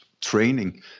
training